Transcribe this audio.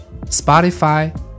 Spotify